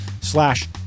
slash